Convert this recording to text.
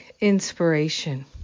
inspiration